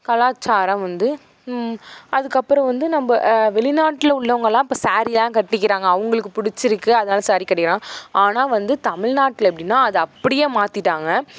கலாச்சாரம் வந்து அதுக்கப்பறம் வந்து நம்ம வெளிநாட்டில் உள்ளவங்கலாம் இப்போ ஸேரி தான் கட்டிக்கிறாங்க அவங்களுக்கு பிடிச்சிருக்கு அதனால் ஸேரி கட்டிக்கிறாங்க ஆனால் வந்து தமிழ்நாட்டில் எப்படின்னா அது அப்படியே மாற்றிட்டாங்க